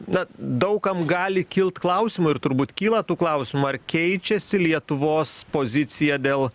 na daug kam gali kilt klausimų ir turbūt kyla tų klausimų ar keičiasi lietuvos pozicija dėl